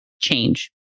change